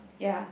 ya